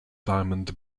diamond